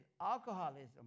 alcoholism